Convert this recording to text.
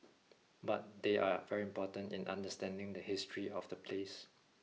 but they are very important in understanding the history of the place